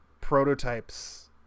prototypes